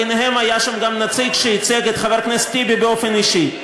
ביניהם היה שם גם נציג שייצג את חבר הכנסת טיבי באופן אישי,